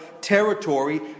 territory